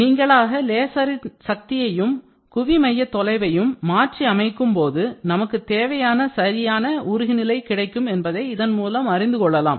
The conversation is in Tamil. நீங்களாக லேசரின் சக்தியையும் குவிமைய தொலைவையும் மாற்றி அமைக்கும்போது நமக்கு தேவையான சரியான உருகுநிலை கிடைக்கும் என்பதை இதன் மூலம் அறிந்து கொள்ளலாம்